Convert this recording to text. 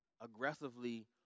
aggressively